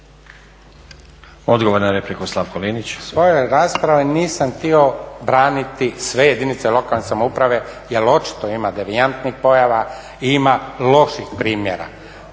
Odgovor na repliku, Slavko Linić.